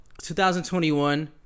2021